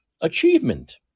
achievement